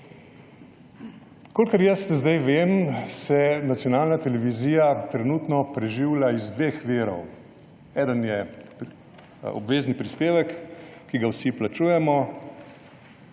Kolikor jaz zdaj vem, se nacionalna televizija trenutno preživlja iz dveh virov. Eden je obvezni prispevek, ki ga vsi plačujemo,